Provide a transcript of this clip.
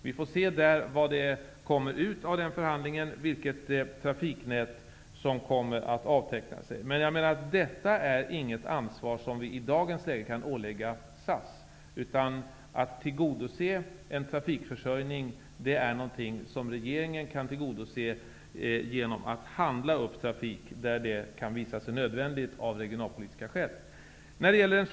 Vi får se vad det kommer ut i denna förhandling, dvs. vilket trafiknät som kommer att avteckna sig. Men detta är inget ansvar som vi i dagens läge kan ålägga SAS. Att tillgodose trafikförsörjningen är något som regeringen kan göra genom att handla upp trafik där det kan visa sig nödvändigt av regionalpolitiska skäl.